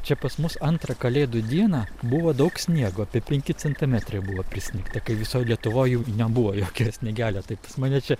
čia pas mus antrą kalėdų dieną buvo daug sniego apie penki centimetrai buvo prisnigta kai visoj lietuvoj jau nebuvo jokio sniegelio tai pas mane čia